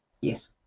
yes